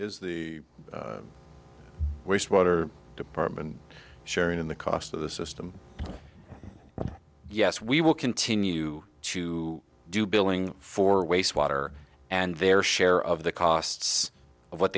is the waste water department sharing in the cost of the system yes we will continue to do billing for waste water and their share of the costs of what